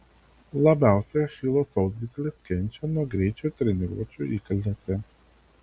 labiausiai achilo sausgyslės kenčia nuo greičio treniruočių įkalnėse